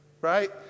right